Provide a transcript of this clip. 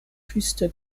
küste